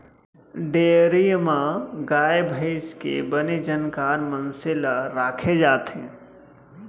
dairy म गाय भईंस के बने जानकार मनसे ल राखे जाथे